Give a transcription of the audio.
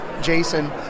Jason